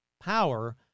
power